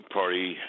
party